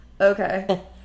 okay